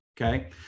Okay